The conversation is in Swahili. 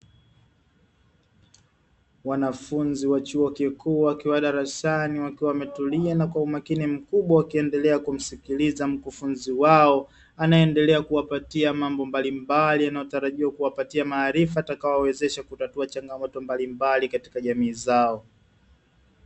Wanafunzi wa chuo kikuu wakiwa darasani wakiwa wametulia na kwa umakini mkubwa, huku wakiendelea kumsikiliza mkufunzi wao akiendelea kuwapatia, mambo mbalimbali yatakayowapa maarifa ya kutatua matatizo katika jamii zao.